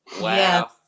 Wow